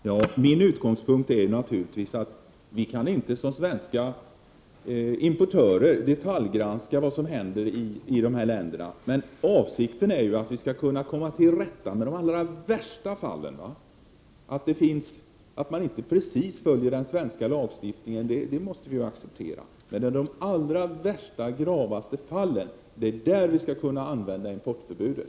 Herr talman! Min utgångspunkt är naturligtvis att vi som svenska importörer inte kan detaljgranska vad som händer i dessa länder. Men avsikten är att komma till rätta med de allra värsta fallen. Att sådana här länder inte precis följer den svenska lagstiftningen måste vi acceptera, men där de allra gravaste fallen förekommer skall vi kunna använda importförbudet.